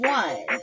one